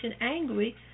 angry